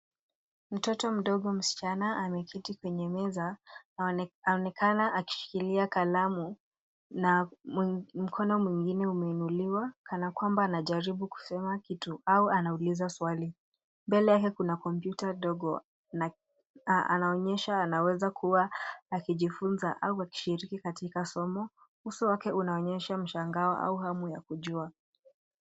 Mtoto mdogo msichana ameketi kwenye meza. Anaonekana akishikilia kalamu na mkono mwingine umeinuliwa kana kwamba anajaribu kusema kitu au anauliza swali. Mbele yake kuna kompyuta dogo na anaonyesha anaweza kuwa akijifunza au akishiriki katika somo. Uso wake unaonyesha mshangao au hamu ya kujua.